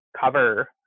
cover